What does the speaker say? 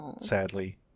Sadly